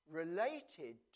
related